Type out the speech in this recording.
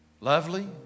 lovely